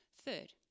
Third